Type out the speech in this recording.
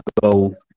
go